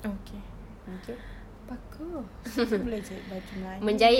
okay bagus lepas itu boleh jahit baju melayu